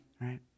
right